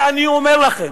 אני אומר לכם,